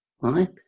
right